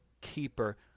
keeper